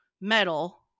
metal